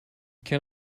can